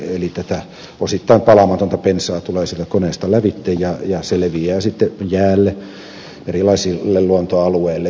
eli tätä osittain palamatonta bensaa tulee siitä koneesta lävitse ja se leviää sitten jäälle erilaisille luontoalueille